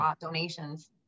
donations